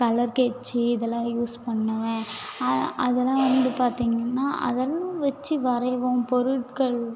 colour கெச்சி இதல்லாம் use பண்ணுவேன் அதல்லாம் வந்து பார்த்திங்கன்னா அதல்லாம் வெச்சி வரைவோம் பொருட்கள்